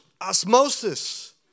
osmosis